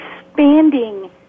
expanding